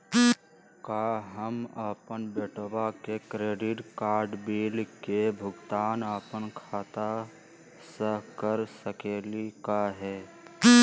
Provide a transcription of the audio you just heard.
का हम अपन बेटवा के क्रेडिट कार्ड बिल के भुगतान अपन खाता स कर सकली का हे?